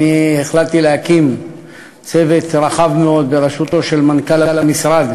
החלטתי להקים צוות רחב מאוד בראשותו של מנכ"ל המשרד